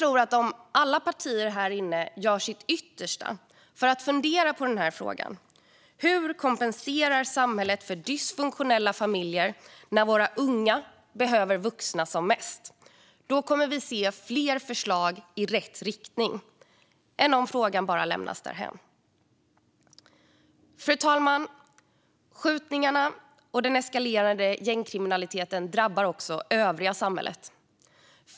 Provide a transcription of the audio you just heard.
Om alla partier här inne gör sitt yttersta för att fundera på hur samhället kompenserar för dysfunktionella familjer när våra unga behöver vuxna som mest tror jag att vi kommer att se fler förslag i rätt riktning än om frågan bara lämnas därhän. Fru talman! Skjutningarna och den eskalerande gängkriminaliteten drabbar också det övriga samhället.